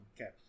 Okay